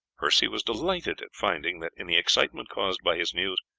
percy was delighted at finding that, in the excitement caused by his news,